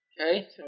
Okay